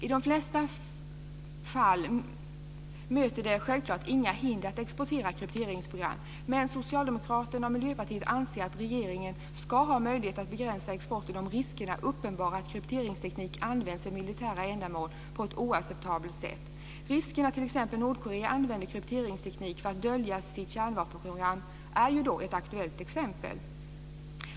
I de flesta fall möter det självklart inga hinder att exportera krypteringsprogram. Men Socialdemokraterna och Miljöpartiet anser att regeringen ska ha möjlighet att begränsa exporten om risken är uppenbar att krypteringstekniken används för militära ändamål på ett oacceptabelt sätt. Risken att t.ex. Nordkorea använder krypteringsteknik för att dölja sitt kärnvapenprogram är ett aktuellt exempel.